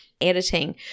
editing